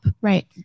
Right